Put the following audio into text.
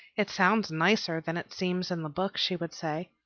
it sounds nicer than it seems in the book, she would say.